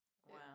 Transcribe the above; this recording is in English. Wow